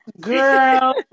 Girl